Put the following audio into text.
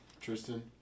Tristan